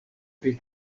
pri